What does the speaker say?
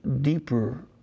deeper